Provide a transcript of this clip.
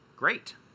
Great